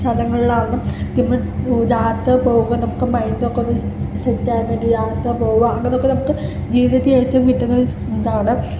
സ്ഥലങ്ങളിലാണ് പിന്നെ യാത്ര പോകാൻ നമുക്ക് മൈൻഡ് ഒക്കെ ഒന്ന് സെറ്റ് ആക്കാൻ വേണ്ടി യാത്ര പോകുക അങ്ങനൊക്കെ നമുക്ക് ജീവിതത്തിൽ ഏറ്റവും കിട്ടുന്ന സ് ഇതാണ്